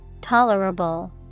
Tolerable